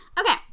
Okay